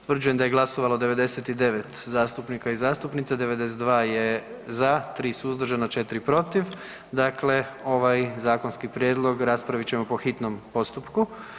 Utvrđujem da je glasovalo 99 zastupnika i zastupnica, 92 je za, 3 suzdržana, 4 protiv, dakle ovaj zakonski prijedlog raspravit ćemo po hitnom postupku.